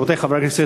רבותי חברי הכנסת,